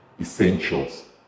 essentials